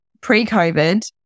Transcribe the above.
pre-COVID